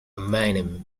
minim